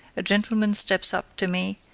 a gentleman steps up to me,